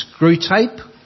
Screwtape